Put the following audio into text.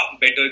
better